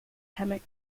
hammock